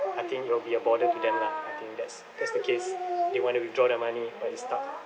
I think it will be a bother to them lah I think that's that's the case they want to withdraw their money but it's stuck